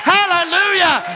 Hallelujah